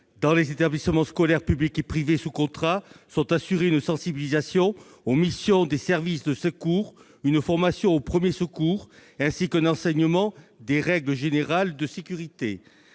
Dans les établissements scolaires publics et privés sous contrat sont assurés une sensibilisation [...] aux missions des services de secours, une formation aux premiers secours ainsi qu'un enseignement des règles générales de sécurité.